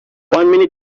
minute